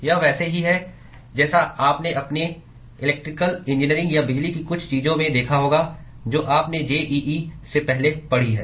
यह वैसा ही है जैसा आपने अपनी इलेक्ट्रिकल इंजीनियरिंग या बिजली की कुछ चीजों में देखा होगा जो आपने जेईई से पहले पढ़ी है